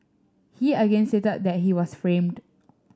he again stated that he was framed